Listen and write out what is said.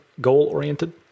goal-oriented